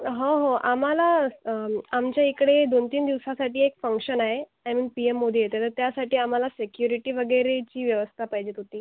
हो हो आम्हाला आमच्या इकडे दोन तीन दिवसासाठी एक फंक्शन आहे एम् पी एम मोदी येते तर त्यासाठी आम्हाला सेक्युरिटी वगैरेची व्यवस्था पाहिजे होती